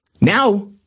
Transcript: Now